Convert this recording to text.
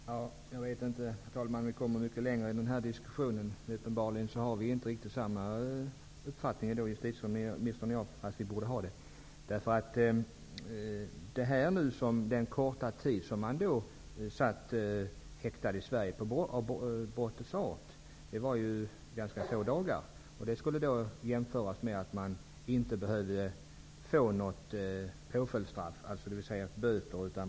Herr talman! Jag vet inte om vi kommer mycket längre i den här diskussionen. Uppenbarligen har justitieministern och jag inte riktigt samma uppfattning, fast vi borde ha det. Den korta tid som man på grund av brottets art satt häktad i Sverige var ju ganska få dagar. Det förhållandet skulle då jämföras med att man inte behövde få något påföljdsstraff, som böter.